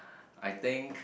I think